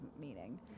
meaning